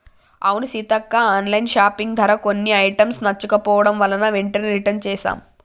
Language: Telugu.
అవును సీతక్క ఆన్లైన్ షాపింగ్ ధర కొన్ని ఐటమ్స్ నచ్చకపోవడం వలన వెంటనే రిటన్ చేసాం